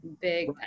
big